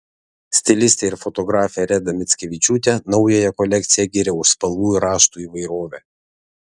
stilistė ir fotografė reda mickevičiūtė naująją kolekciją giria už spalvų ir raštų įvairovę